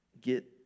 get